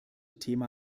thema